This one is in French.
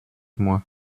moi